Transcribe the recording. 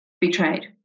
betrayed